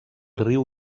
riu